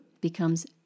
becomes